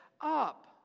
up